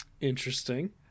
Interesting